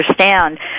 understand